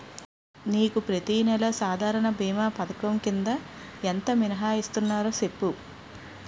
నీకు ప్రతి నెల సాధారణ భీమా పధకం కింద ఎంత మినహాయిస్తన్నారో సెప్పు